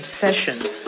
sessions